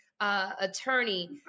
Attorney